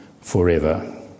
forever